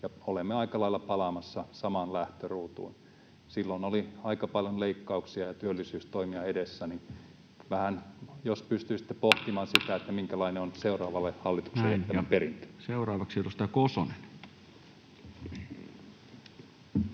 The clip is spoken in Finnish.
olemme aika lailla palaamassa samaan lähtöruutuun. Silloin oli aika paljon leikkauksia ja työllisyystoimia edessä. Vähän jos pystyisitte pohtimaan sitä, minkälainen on seuraavalle hallitukselle jätettävä perintö. [Speech